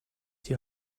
die